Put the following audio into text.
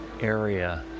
area